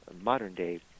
modern-day